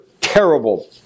terrible